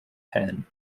pen